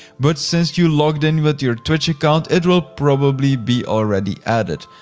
but since you logged in with your twitch account, it will probably be already added.